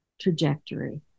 trajectory